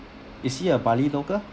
is he a bali local